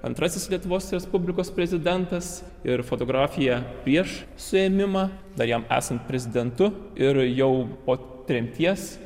antrasis lietuvos respublikos prezidentas ir fotografija prieš suėmimą dar jam esant prezidentu ir jau po tremties